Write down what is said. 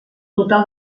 total